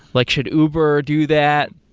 like should uber do that?